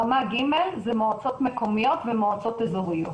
רמה ג' זה מועצות מקומיות ומועצות אזוריות.